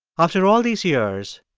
after all these years,